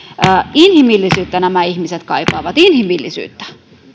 inhimillisyyttä nämä ihmiset kaipaavat inhimillisyyttä